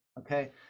okay